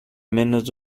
menos